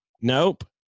Nope